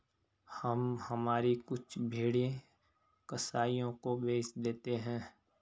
हम हमारी कुछ भेड़ें कसाइयों को बेच देते हैं